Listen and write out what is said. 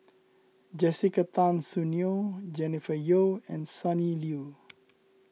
Jessica Tan Soon Neo Jennifer Yeo and Sonny Liew